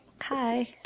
Hi